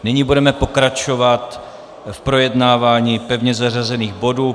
Nyní budeme pokračovat v projednávání pevně zařazených bodů.